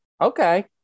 okay